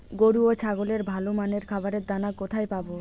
গরু ও ছাগলের ভালো মানের খাবারের দানা কোথায় পাবো?